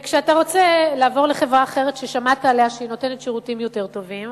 כשאתה רוצה לעבור לחברה אחרת ששמעת עליה שהיא נותנת שירותים יותר טובים,